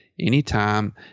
anytime